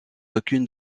aucune